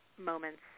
moments